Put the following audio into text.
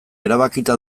erabakita